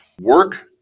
work